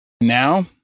Now